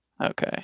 Okay